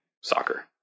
soccer